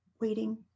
waiting